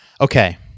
Okay